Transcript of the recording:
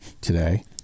today